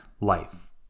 life